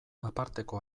aparteko